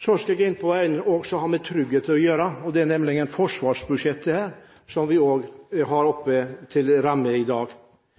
Så skal jeg inn på noe som også har med trygghet å gjøre, nemlig forsvarsbudsjettet, som vi også har oppe til rammevedtak i dag.